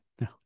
no